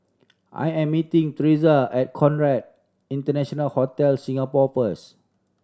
I am meeting Theresa at Conrad International Hotel Singapore first